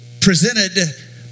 presented